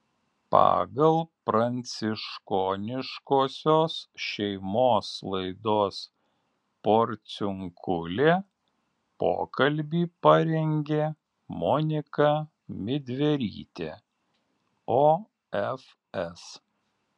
pagal pranciškoniškosios šeimos laidos porciunkulė pokalbį parengė monika midverytė ofs